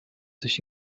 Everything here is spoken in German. sich